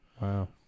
Wow